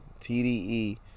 TDE